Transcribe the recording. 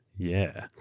yeah.